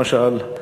למשל,